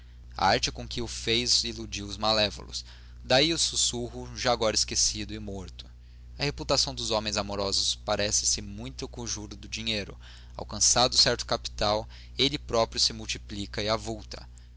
arte com que o fez iludiu os malévolos daí o sussuro já agora esquecido e morto a reputação dos homens amorosos parece-se muito com o juro do dinheiro alcançado certo capital ele próprio se multiplica e avulta